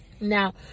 Now